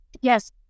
Yes